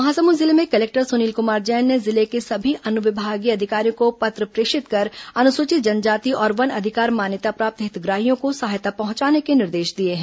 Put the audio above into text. महासमुंद जिले में कलेक्टर सुनील कुमार जैन ने जिले के सभी अनुविभागीय अधिकारियों को पत्र प्रेषित कर अनुसूचित जनजाति और वन अधिकार मान्यता प्राप्त हितग्राहियों को सहायता पहुंचाने के निर्देश दिए हैं